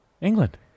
England